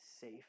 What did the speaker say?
safe